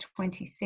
26